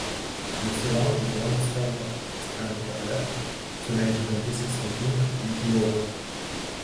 nusilaužiu duonos kampą atsikandu kotleto suleidžiu dantis į svogūną lyg į obuolį